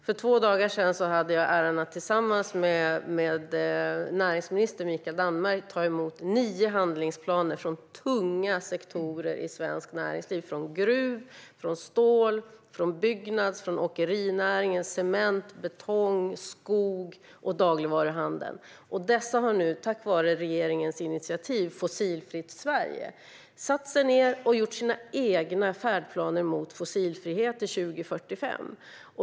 För två dagar sedan hade jag äran att tillsammans med näringsminister Mikael Damberg ta emot nio handlingsplaner för så tunga sektorer i svenskt näringsliv som gruv, stål, byggnads, åkerinäringen, cement, betong, skog och dagligvaruhandeln. Dessa har nu tack vare regeringens initiativ Fossilfritt Sverige gjort sina egna färdplaner för fossilfrihet till 2045.